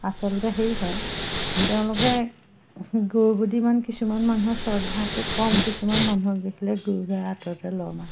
আচলতে হেৰি হয় তেওঁলোকে গৰুৰ প্ৰতি ইমান কিছুমান মানুহৰ শ্ৰদ্ধাটো কম কিছুমান মানুহক দেখিলে গৰু গাই আঁতৰতে লৰ মাৰে